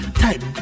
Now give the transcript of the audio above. type